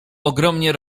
ogromnie